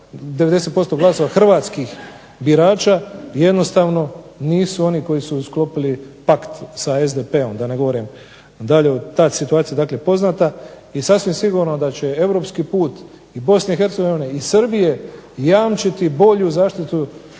90% glasova hrvatskih birača jednostavno nisu oni koji su sklopili pakt sa SDP-om, da ne govorim dalje. Ta je situacija dakle poznata i sasvim sigurno da će europski put i Bosne i Hercegovine i Srbije jamčiti bolju zaštitu